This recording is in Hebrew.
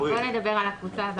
בוא נדבר על הקבוצה הבאה.